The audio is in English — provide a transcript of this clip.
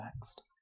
next